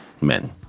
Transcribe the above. men